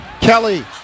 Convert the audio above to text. Kelly